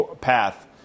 path